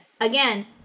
again